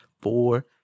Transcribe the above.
four